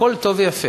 הכול טוב ויפה,